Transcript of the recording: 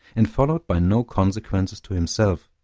and followed by no consequences to himself,